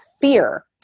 fear